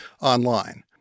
online